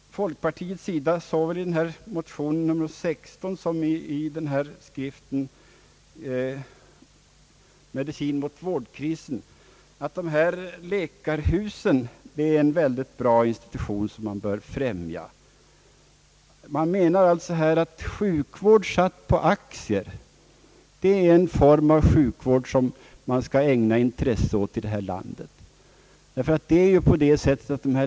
Folkpartiet säger i motion nr II: 16 och i skriften »Medicin mot vårdkrisen», att läkarhusen är en väldigt bra institution som man bör främja. Man menar alltså att en sjukvård, satt på aktier, är den form av sjukvård som man skall ägna intresse åt i detta land.